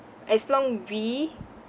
as long we